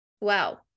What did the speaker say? wow